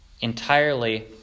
entirely